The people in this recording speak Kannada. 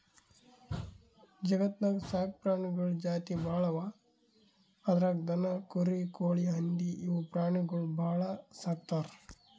ಜಗತ್ತ್ನಾಗ್ ಸಾಕ್ ಪ್ರಾಣಿಗಳ್ ಜಾತಿ ಭಾಳ್ ಅವಾ ಅದ್ರಾಗ್ ದನ, ಕುರಿ, ಕೋಳಿ, ಹಂದಿ ಇವ್ ಪ್ರಾಣಿಗೊಳ್ ಭಾಳ್ ಸಾಕ್ತರ್